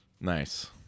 Nice